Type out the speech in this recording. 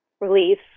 release